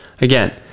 Again